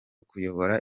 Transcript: kuyobora